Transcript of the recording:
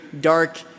dark